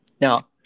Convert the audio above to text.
now